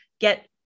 get